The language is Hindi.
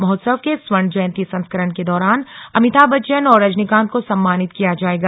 महोत्सव के इस स्वर्ण जयंती संस्करण के दौरान अमिताभ बच्चन और रजनीकांत को सम्मानित किया जाएगा